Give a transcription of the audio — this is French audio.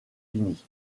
unis